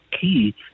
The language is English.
key